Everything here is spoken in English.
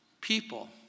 people